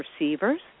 receivers